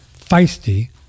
feisty